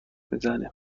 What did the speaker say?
میزنیم